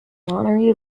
monterey